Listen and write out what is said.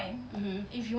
mmhmm